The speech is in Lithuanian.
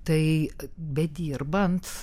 tai bedirbant